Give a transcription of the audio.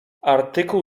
artykuł